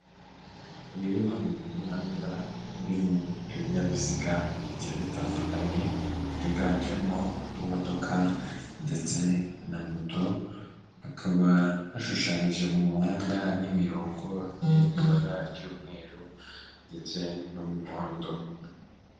Uyu rero ni umuhanda urimo ibinyabiziga bigiye bitandukanye byiganjemo imodoka ndetse na moto, hakaba hashushanyije mu muhanda n'imirongo iri mu ibara ry'umweru ndetse n'umuhondo.